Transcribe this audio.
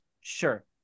Sure